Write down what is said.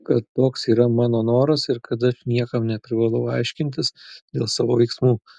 kad toks yra mano noras ir kad aš niekam neprivalau aiškintis dėl savo veiksmų